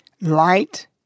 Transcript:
light